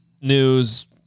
news